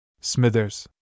Smithers